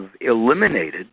eliminated